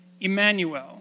Emmanuel